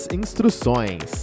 instruções